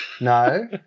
no